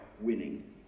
winning